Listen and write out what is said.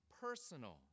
personal